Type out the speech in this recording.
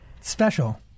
Special